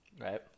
Right